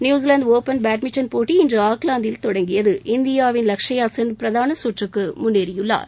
New Zealand open badminton போட்டி இன்று ஆக்லாந்தில் தொடங்கியது இந்தியாவின் லக்ஷயா சென் பிரதான சுற்றுக்கு முன்னேறியுள்ளார்